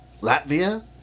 Latvia